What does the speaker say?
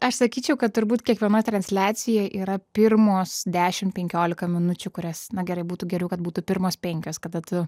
aš sakyčiau kad turbūt kiekvienoj transliacijoj yra pirmos dešimt penkiolika minučių kurios na gerai būtų geriau kad būtų pirmos penkios kada tu